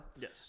Yes